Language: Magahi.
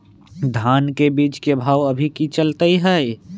धान के बीज के भाव अभी की चलतई हई?